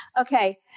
Okay